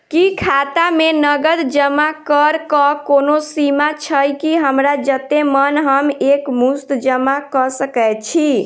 की खाता मे नगद जमा करऽ कऽ कोनो सीमा छई, की हमरा जत्ते मन हम एक मुस्त जमा कऽ सकय छी?